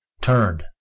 turned